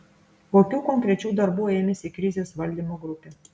kokių konkrečių darbų ėmėsi krizės valdymo grupė